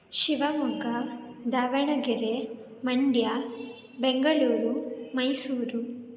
Shivamogga Davanagere Mandya Bengaluru Mysuru